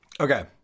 Okay